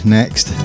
next